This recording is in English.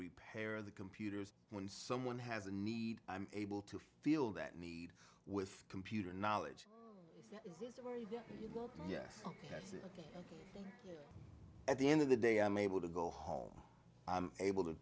repair the computers when someone has a need i'm able to feel that need with computer knowledge yes at the end of the day i'm able to go home i'm able to